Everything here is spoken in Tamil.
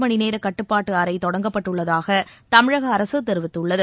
மணிநேர கட்டுப்பாட்டு அறை தொடங்கப்பட்டுள்ளதாக தமிழக அரசு தெரிவித்துள்ளது